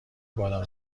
بادام